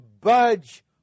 budge